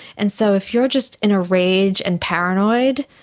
and so if you are just in a rage and paranoid,